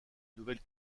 nouvelle